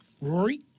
Rory